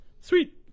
sweet